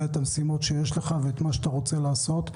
את המשימות שיש לך ואת מה שאתה רוצה לעשות.